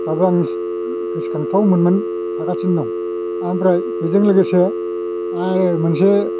दाबो आं गोसोखांथाव मोनोमोन थागासिनो दं ओमफ्राय बेजों लोगोसे आरो मोनसे